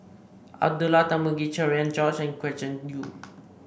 Abdullah Tarmugi Cherian George Gretchen Liu